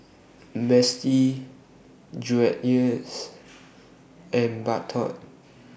Betsy Dreyers and Bardot